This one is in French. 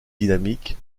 dynamique